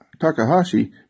Takahashi